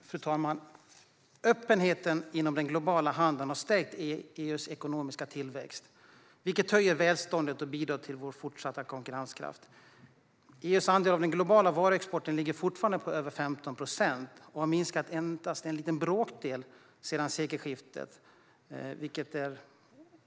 Fru talman! Öppenheten inom den globala handeln har stärkt EU:s ekonomiska tillväxt, vilket höjer välståndet och bidrar till vår fortsatta konkurrenskraft. EU:s andel av den globala varuexporten ligger fortfarande på över 15 procent och har minskat med endast en bråkdel sedan sekelskiftet, vilket är